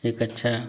एक अच्छा